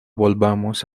volvamos